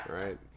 Right